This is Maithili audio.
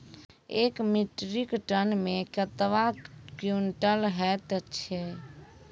एक मीट्रिक टन मे कतवा क्वींटल हैत छै?